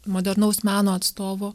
modernaus meno atstovų